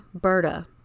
Berta